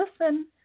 listen